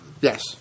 Yes